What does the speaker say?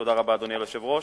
תודה רבה, אדוני היושב-ראש.